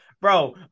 bro